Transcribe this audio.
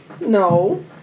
No